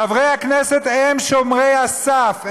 חברי הכנסת הם שומרי הסף.